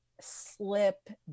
slip